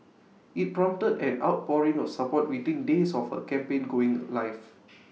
IT prompted an outpouring of support within days of her campaign going live